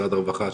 למשרד הרווחה,